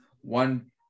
one